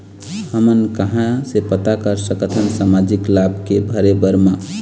हमन कहां से पता कर सकथन सामाजिक लाभ के भरे बर मा?